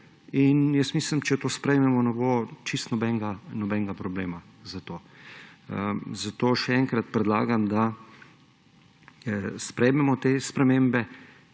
Mislim, če to sprejmemo, ne bo čisto nobenega problema. Zato še enkrat predlagam, da sprejmemo te spremembe.